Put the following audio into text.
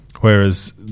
Whereas